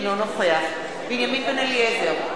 אינו נוכח בנימין בן-אליעזר,